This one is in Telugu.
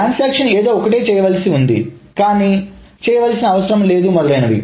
ట్రాన్సాక్షన్ ఏదో ఒకటి చేయవలసి ఉంది కానీ చేయవలసిన అవసరం లేదు మొదలైనవి